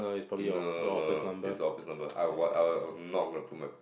no no no it's observable I were I was not repromote